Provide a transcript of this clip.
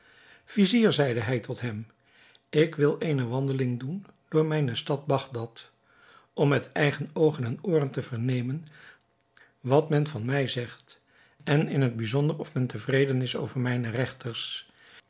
vizier zeide hij tot hem ik wil eene wandeling doen door mijne stad bagdad om met eigen oogen en ooren te vernemen wat men van mij zegt en in het bijzonder of men tevreden is over mijne regters